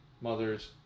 mother's